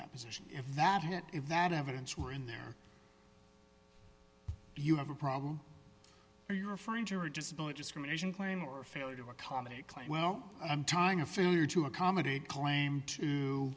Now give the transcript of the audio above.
that position if that hit if that evidence were in there you have a problem are you referring to her disability discrimination claim or failure to accommodate claim well i'm tying a failure to accommodate claim